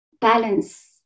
balance